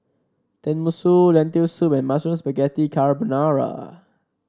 Tenmusu Lentil Soup and Mushroom Spaghetti Carbonara